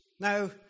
Now